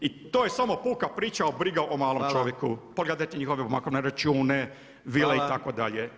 I to je samo puka priča briga o malom čovjeku [[Upadica predsjednik: Hvala.]] Pogledajte njihove bankovne račune, vile itd.